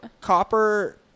Copper